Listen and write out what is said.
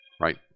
Right